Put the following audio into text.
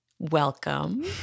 Welcome